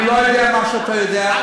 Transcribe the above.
אני לא יודע מה שאתה יודע.